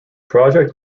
project